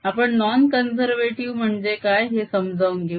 आपण non conservative म्हणजे काय हे समजावून घेऊ